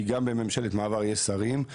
כי גם בממשלת מעבר יש שרים,